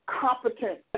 competent